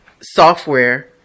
software